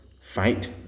fight